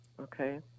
Okay